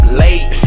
late